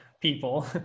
people